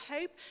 hope